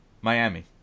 Miami